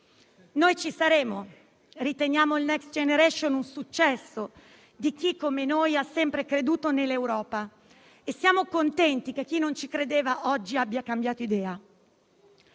Noi ci saremo; riteniamo il Next Generation un successo di chi, come noi, ha sempre creduto nell'Europa e siamo contenti che chi non ci credeva oggi abbia cambiato idea.